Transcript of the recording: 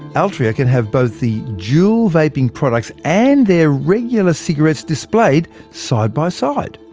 altria can have both the juul vaping products and their regular cigarettes displayed side-by-side.